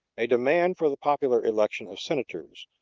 a demand for the popular election of senators,